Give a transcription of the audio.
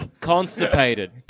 Constipated